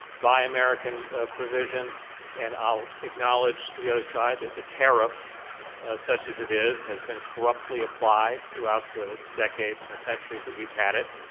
buy american provisions and i'll acknowledge to the other side that the tariff such as it is has been corruptly applied throughout the decades and the centuries that we've had it.